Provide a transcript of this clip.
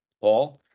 Paul